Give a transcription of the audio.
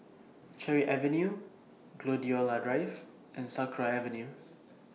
Cherry Avenue Gladiola Drive and Sakra Avenue